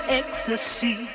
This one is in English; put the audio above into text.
ecstasy